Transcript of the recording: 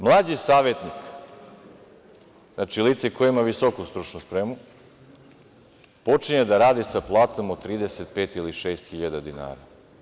Mlađi savetnik, znači lice koje ima visoku stručnu spremu, počinje da radi sa platom od 35 ili 36 hiljada dinara.